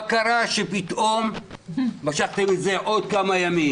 מה קרה שפתאום משכתם את זה עוד כמה ימים?